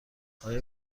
آیا